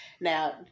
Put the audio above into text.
Now